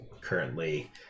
currently